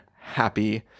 happy